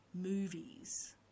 movies